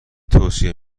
توصیه